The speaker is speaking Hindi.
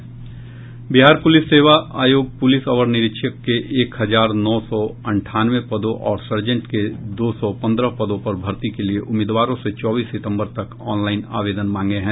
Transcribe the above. बिहार पुलिस सेवा आयोग पुलिस अवर निरीक्षक के एक हजार नौ सौ अंठानवे पदों और सार्जेट के दो सौ पन्द्रह पदों पर भरती के लिए उम्मीदवारों से चौबीस सितम्बर तक ऑनलाईन आवेदन मांगे हैं